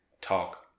talk